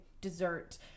dessert